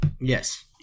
Yes